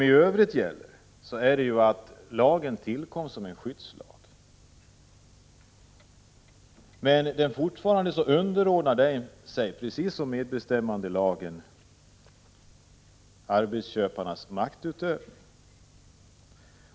I övrigt kan sägas, att lagen tillkom som skyddslag, men den underordnar sig fortfarande, precis som medbestämmandelagen, arbetsköparnas maktutövning.